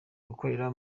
gukorera